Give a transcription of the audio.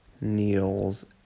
needles